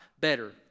better